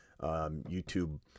YouTube